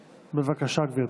בבקשה, גברתי.